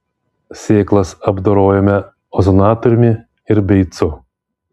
sėklas apdorojome ozonatoriumi ir beicu